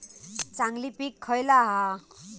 चांगली पीक खयला हा?